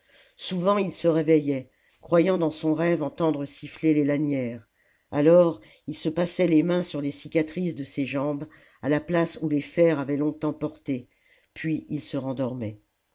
souvent il se réveillait croyant dans son rêve entendre siffler les lanières alors il se passait les mains sur les cicatrices de ses jambes à la place où les fers avaient longtemps porté puis il se rendormait